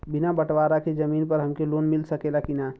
बिना बटवारा के जमीन पर हमके लोन मिल सकेला की ना?